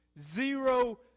zero